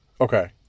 Okay